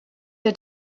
der